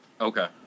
Okay